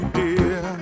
dear